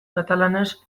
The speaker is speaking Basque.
katalanez